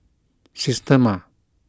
Systema